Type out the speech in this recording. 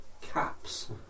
caps